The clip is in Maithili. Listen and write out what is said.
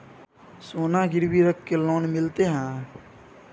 सोना गिरवी रख के लोन मिलते है?